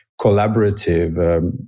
collaborative